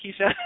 Keisha